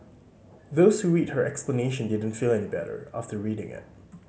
those who read her explanation didn't feel any better after reading it